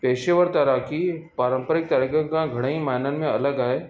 पेशेवर तैराकी पारंपरिक तैराकीअ खां घणेई माइननि में अलॻि आहे